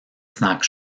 snack